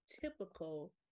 typical